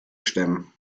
stemmen